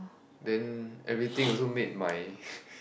then everything also made my